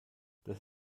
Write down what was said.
das